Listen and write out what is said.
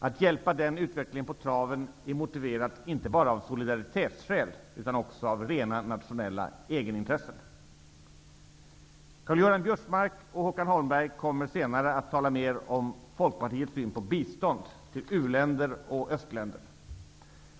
Att hjälpa den utvecklingen på traven är motiverat inte bara av solidaritetsskäl utan också av rena nationella egenintressen. Karl-Göran Biörsmark och Håkan Holmberg kommer senare att tala mer om Folkpartiets syn på bistånd till u-länder och östländer.